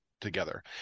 together